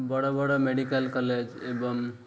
ବଡ଼ ବଡ଼ medical college ଏବଂ